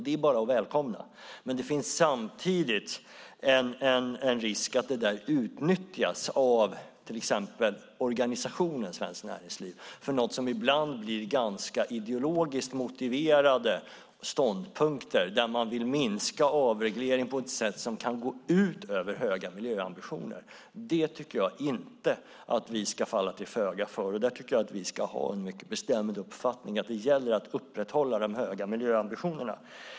Det är bara att välkomna. Men det finns samtidigt en risk att det utnyttjas av till exempel organisationen Svenskt Näringsliv för något som ibland blir ganska ideologiskt motiverade ståndpunkter, att man vill minska reglering på ett sätt som kan gå ut över höga miljöambitioner. Det tycker jag inte att vi ska falla till föga för. Där tycker jag att vi ska ha den mycket bestämda uppfattningen att det gäller att upprätthålla de höga miljöambitionerna.